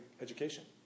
education